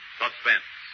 suspense